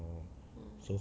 mm